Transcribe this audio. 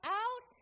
out